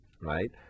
Right